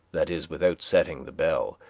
that is, without setting the bell,